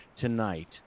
tonight